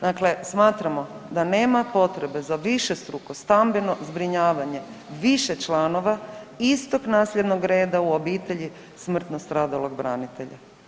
Dakle, smatramo da nema potrebe za višestruko stambeno zbrinjavanje više članova istog nasljednog reda u obitelji smrtno stradalog branitelja.